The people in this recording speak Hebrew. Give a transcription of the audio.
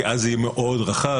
כי אז זה יהיה מאוד רחב,